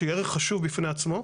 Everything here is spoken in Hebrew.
שהיא ערך חשוב בפני עצמו,